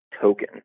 token